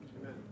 amen